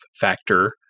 factor